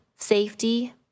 Safety